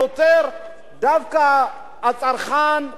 דווקא הצרכן, ביום-יום הוא זקוק לכך.